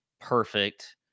perfect